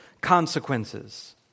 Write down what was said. consequences